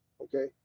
okay